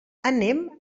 anem